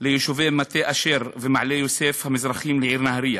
ליישובי מטה-אשר ומעלה-יוסף המזרחיים לעיר נהריה.